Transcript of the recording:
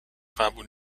قبول